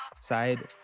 side